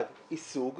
אחד, היא סוג